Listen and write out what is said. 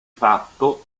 fatto